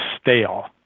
stale